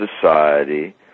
society